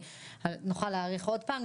נוכל להאריך עוד פעם?